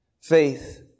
Faith